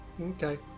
Okay